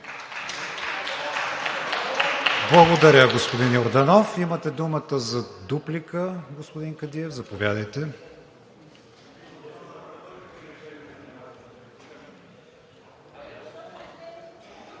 Благодаря, господин Йорданов. Имате думата за дуплика, господин Кадиев. Заповядайте. ГЕОРГИ